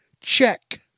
Check